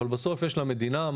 אבל בסוף יש למדינה,